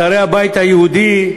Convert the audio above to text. שרי הבית היהודי,